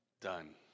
done